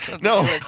No